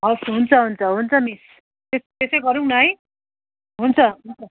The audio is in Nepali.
हवस् हुन्छ हुन्छ हुन्छ मिस त्य त्यसै गरौँ न है हुन्छ हुन्छ